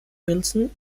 wilson